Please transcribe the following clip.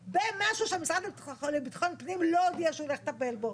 במשהו שהמשרד לביטחון פנים לא הודיע שהוא הולך לטפל בו.